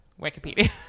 Wikipedia